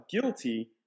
guilty